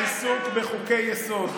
העיסוק בחוקי-יסוד.